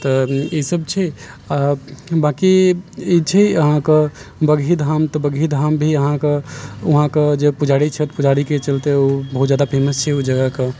तऽ ईसब छै आओर बाकी ई छै अहाँके बगही धाम तऽ बगही धाम भी अहाँके वहाँके जे पुजारी छथि पुजारीके चलते ओ बहुत ज्यादा फेमस छै ओ जगहके